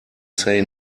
say